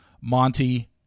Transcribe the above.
Monty